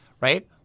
right